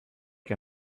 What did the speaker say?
que